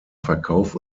verkauf